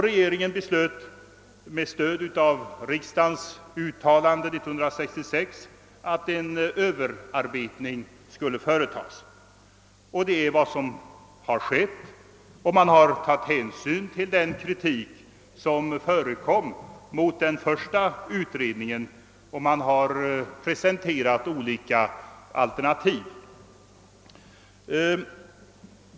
Regeringen beslöt med stöd av riksdagens uttalande 1966 att en överarbetning skulle göras. Det är vad som skett. Man har tagit hänsyn till den kritik, som riktades mot den första utredningen, och man har presenterat olika alternativ.